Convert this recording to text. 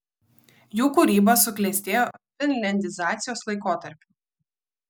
jų kūryba suklestėjo finliandizacijos laikotarpiu